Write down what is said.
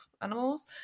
animals